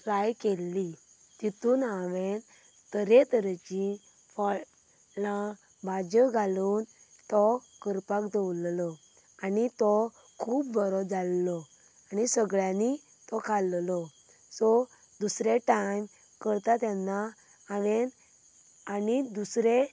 try केल्ली तातूंत हांवें तरे तरेचीं फळां भाजयो घालून तो करपाक दवरिल्लो आनी तो खूब बरो जाल्लो आनी सगळ्यांनी तो खालो सो दुसरे टायम करता तेन्ना हांवें आनी दुसऱ्यो